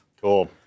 Cool